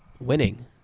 Winning